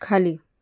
खाली